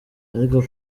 ariko